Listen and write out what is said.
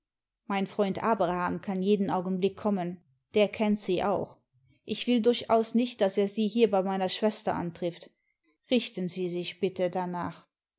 mein freund abraham kann jeden augenblick kommen der kennt sie auch ich will durchaus nicht daß er sie hier bei meiner schwester antrifft richten sie sich bitte danach